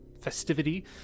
festivity